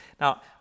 Now